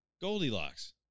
goldilocks